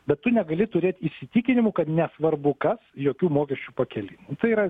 bet tu negali turėt įsitikinimų kad nesvarbu kas jokių mokesčių pakėlimų tai yra